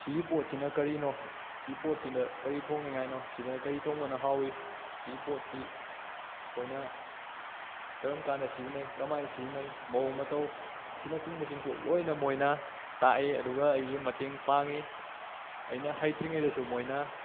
ꯁꯤꯒꯤ ꯄꯣꯠꯁꯤꯅ ꯀꯔꯤꯅꯣ ꯁꯤꯒꯤ ꯄꯣꯠꯁꯤꯅ ꯀꯔꯤ ꯊꯣꯡꯅꯤꯉꯥꯏꯅꯣ ꯁꯤꯗꯅ ꯀꯔꯤ ꯊꯣꯡꯕꯅ ꯍꯥꯎꯏ ꯁꯤꯒꯤ ꯄꯣꯠꯁꯤ ꯑꯩꯈꯣꯏꯅ ꯀꯔꯝ ꯀꯥꯟꯗ ꯁꯤꯖꯤꯟꯅꯩ ꯀꯃꯥꯏꯅ ꯁꯤꯖꯤꯟꯅꯩ ꯃꯑꯣꯡ ꯃꯇꯧ ꯑꯁꯤꯅ ꯆꯤꯡꯕꯁꯤꯡꯁꯨ ꯂꯣꯏꯅ ꯃꯣꯏꯅ ꯇꯥꯛꯏ ꯑꯗꯨꯒ ꯑꯩꯒꯤ ꯃꯇꯦꯡ ꯄꯥꯡꯏ ꯑꯩꯅ ꯍꯩꯇ꯭ꯔꯤꯉꯩꯗꯁꯨ ꯃꯣꯏꯅ